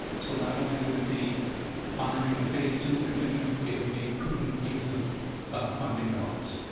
so not only would it be honoring a face to commitment it would be prudent use of funding dollars.